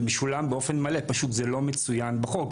זה משולם באופן מלא וזה לא מצוין בחוק,